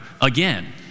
again